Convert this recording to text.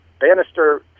Bannister